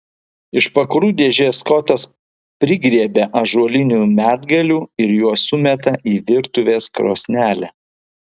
iš pakurų dėžės skotas prigriebia ąžuolinių medgalių ir juos sumeta į virtuvės krosnelę